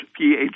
pH